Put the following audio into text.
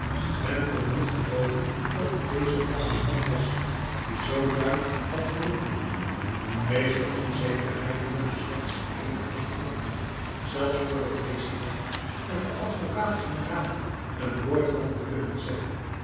men kon niet gelooven dat het deze kalme man was die zoo luid had geroepen deze onzekerheid duurde slechts eenige seconden zelfs vr de president en de advocaat-generaal een woord hadden kunnen zeggen